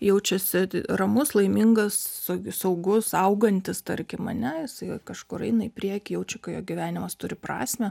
jaučiasi ramus laimingas su saugus saugantis tarkim ane jisai kažkur eina į priekį jaučia ka jo gyvenimas turi prasmę